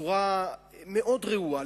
בצורה מאוד רעועה.